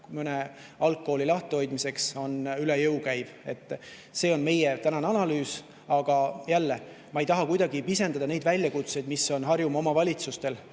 mõne algkooli lahtihoidmiseks on üle jõu käiv. See on meie tänane analüüs. Aga jälle, ma ei taha kuidagi pisendada neid väljakutseid, mis on Harjumaa omavalitsustel,